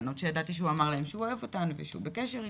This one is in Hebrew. בנות שידעתי שהוא אמר להן שהוא אוהב אותן ושהוא בקשר איתן,